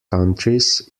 countries